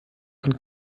von